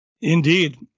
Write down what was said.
Indeed